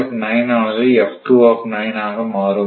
ஆனது ஆக மாறும்